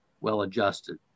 well-adjusted